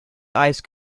ice